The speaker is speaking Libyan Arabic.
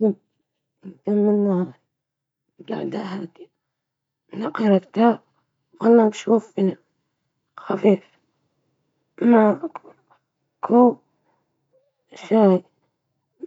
أفضل طريقة لإنهاء يومي هي مشاهدة فيلم جيد أو قراءة كتاب قبل النوم، تساعدني